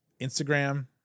Instagram